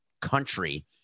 country